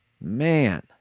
Man